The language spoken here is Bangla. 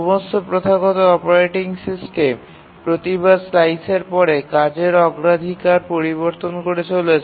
সমস্ত প্রথাগত অপারেটিং সিস্টেম প্রতিবার স্লাইসের পরে কাজের অগ্রাধিকার পরিবর্তন করে চলেছে